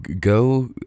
Go